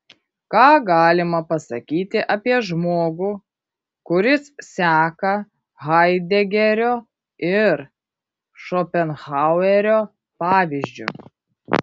ką galima pasakyti apie žmogų kuris seka haidegerio ir šopenhauerio pavyzdžiu